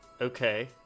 Okay